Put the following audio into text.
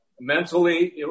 Mentally